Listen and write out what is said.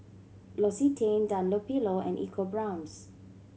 L'Occitane Dunlopillo and EcoBrown's